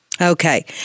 Okay